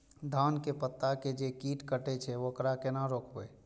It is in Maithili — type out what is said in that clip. धान के पत्ता के जे कीट कटे छे वकरा केना रोकबे?